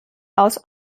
aus